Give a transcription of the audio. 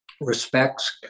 respects